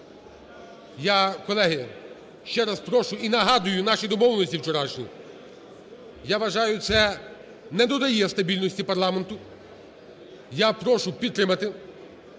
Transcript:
Я, колеги, ще раз прошу і нагадую наші домовленості вчорашні. Я вважаю, це не додає стабільності парламенту. Я прошу підтримати,